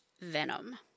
venom